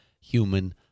human